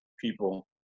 people